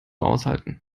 aushalten